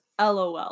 LOL